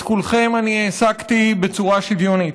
את כולכם אני העסקתי בצורה שוויונית.